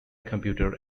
computer